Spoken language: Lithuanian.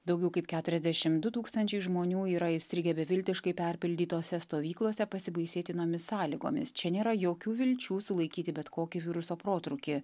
daugiau kaip keturiasdešimt du tūkstančiai žmonių yra įstrigę beviltiškai perpildytose stovyklose pasibaisėtinomis sąlygomis čia nėra jokių vilčių sulaikyti bet kokį viruso protrūkį